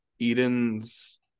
Eden's